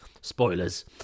Spoilers